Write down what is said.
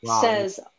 says